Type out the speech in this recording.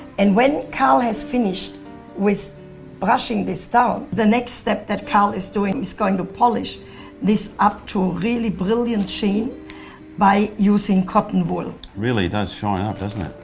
and when carl has finished with brushing this stuff, the next step that carl is doing is going to polish this up to a really brilliant sheen by using cotton wool. it really does shine up doesn't it?